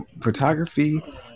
photography